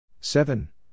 seven